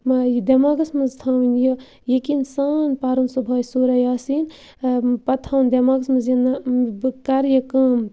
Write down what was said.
یہِ دٮ۪ماغَس منٛز تھاوٕنۍ یہِ یقیٖن سان پَرُن صُبحٲے سورہ یاسیٖن پَتہٕ تھاوُن دٮ۪ماغَس منٛز یہِ نہ بہٕ کَرٕ یہِ کٲم